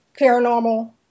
paranormal